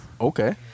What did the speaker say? okay